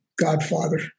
godfather